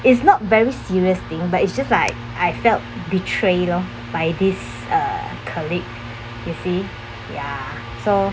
it's not very serious thing but it's just like I felt betray lor by this uh colleague you see ya so